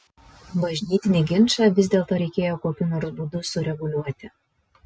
bažnytinį ginčą vis dėlto reikėjo kokiu nors būdu sureguliuoti